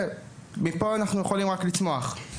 מפה אנחנו יכולים רק לצמוח.